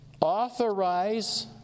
Authorize